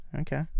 Okay